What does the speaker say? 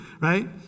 right